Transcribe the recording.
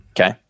Okay